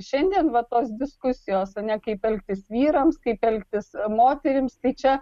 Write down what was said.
šiandien va tos diskusijos ar ne kaip elgtis vyrams kaip elgtis moterims tai čia